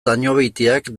dañobeitiak